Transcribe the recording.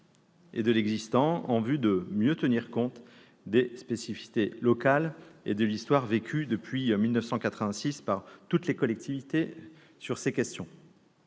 et de l'existant, en vue de mieux tenir compte des spécificités locales et de l'histoire vécue depuis 1986 par toutes les collectivités locales. Sur ces